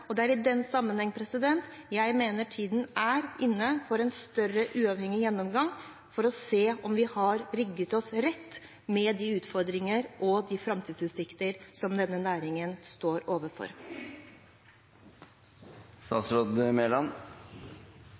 og det er i den sammenheng jeg mener tiden er inne for en større uavhengig gjennomgang for å se om vi har rigget oss rett med de utfordringer og de framtidsutsikter som denne næringen står